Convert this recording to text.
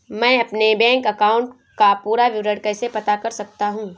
मैं अपने bank account का पूरा विवरण कैसे पता कर सकता हूँ?